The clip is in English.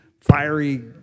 fiery